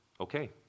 okay